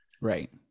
Right